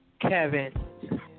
Kevin